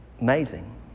amazing